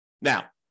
Now